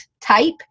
type